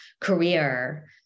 career